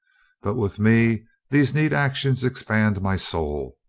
but with me these neat actions ex pand my soul.